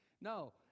No